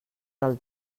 del